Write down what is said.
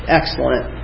excellent